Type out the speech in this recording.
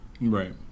Right